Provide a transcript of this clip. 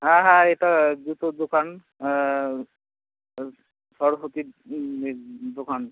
হ্যাঁ হ্যাঁ এটা জুতোর দোকান সর্বতি এ দোকান